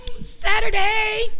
Saturday